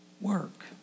work